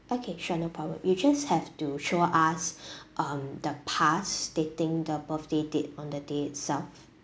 okay sure no problem you just have to show us um the pass stating the birthday date on the day itself